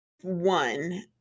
one